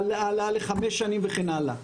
העלאה לחמש שנים וכן הלאה,